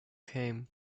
came